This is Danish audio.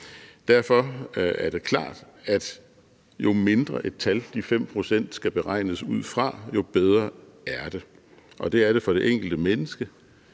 Derfor er det klart, at jo mindre et tal de 5 pct. skal beregnes ud fra, jo bedre er det. Det er det for det enkelte menneske,